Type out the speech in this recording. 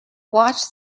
watch